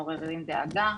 מעוררים דאגה".